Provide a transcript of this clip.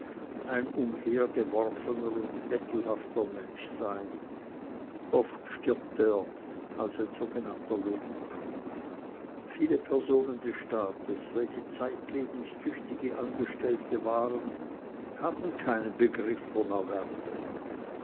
ein umhergeworfener und bettelhafter mensch sein oft stirbt er als ein sogenannter lump viele personen des staates welche zeitlebens tüchtige angestellte waren haben keinen begriff vom erwerbe